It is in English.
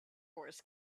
wars